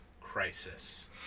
Crisis